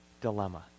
dilemma